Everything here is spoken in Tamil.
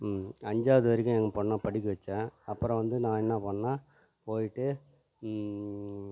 அஞ்சாவது வரைக்கும் எங்கள் பொண்ணை படிக்க வச்சேன் அப்புறம் வந்து நான் என்ன பண்ணிணேன் போயிட்டு